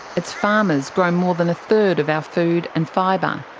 its farmers grow more than a third of our food and fibre.